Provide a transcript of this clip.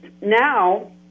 Now